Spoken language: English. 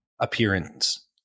appearance